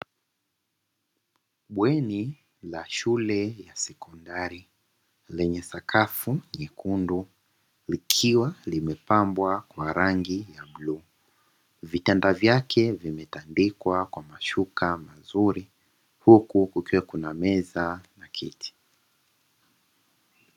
Bweni la shule ya sekondari lenye sakafu nyekundu likiwa limepambwa kwa rangi ya bluu. Vitanda vyake vimetandikwa kwa mashuka mazuri huku kukiwa na meza na kiti.